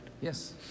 Yes